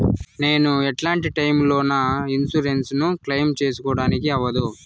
నేను ఎట్లాంటి టైములో నా ఇన్సూరెన్సు ను క్లెయిమ్ సేసుకోవడానికి అవ్వదు?